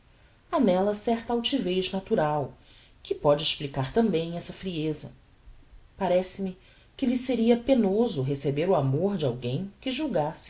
nella certa altivez natural que póde explicar também essa frieza parece-me que lhe seria penoso receber o amor de alguem que julgasse